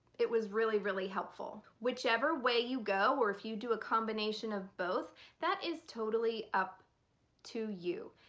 it was really really helpful. whichever way you go or if you do a combination of both that is totally up to you.